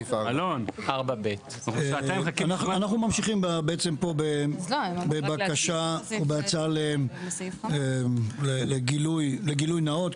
אנחנו ממשיכים פה בהצעה לגילוי נאות.